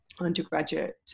undergraduate